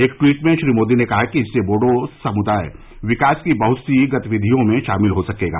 एक ट्वीट में श्री मोदी ने कहा कि इससे बोडो समुदाय विकास की बहत सी नई गतिविधियों में शामिल हो सकेगा